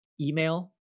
email